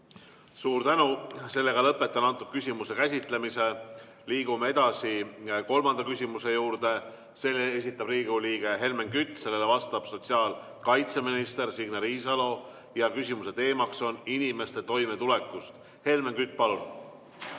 Suur tänu! Lõpetan selle küsimuse käsitlemise. Liigume edasi kolmanda küsimuse juurde, mille esitab Riigikogu liige Helmen Kütt. Sellele vastab sotsiaalkaitseminister Signe Riisalo ja küsimuse teema on inimeste toimetulek. Helmen Kütt, palun!